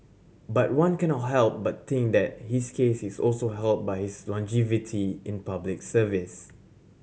but one cannot help but think that his case is also helped by his longevity in Public Service